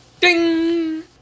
Ding